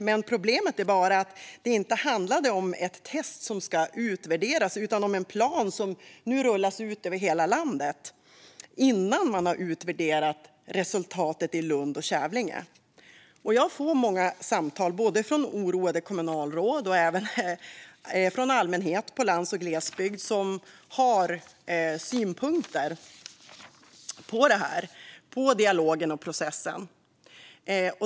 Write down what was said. Men problemet är att det inte handlar om ett test som ska utvärderas utan om en plan som nu rullas ut över hela landet innan man har utvärderat resultatet i Lund och Kävlinge. Jag får många samtal från oroade kommunalråd och även från allmänheten i landsbygd och i glesbygd som har synpunkter på detta - på dialogen och processen.